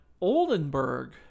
Oldenburg